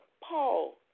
Paul